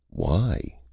why?